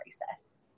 process